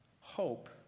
Hope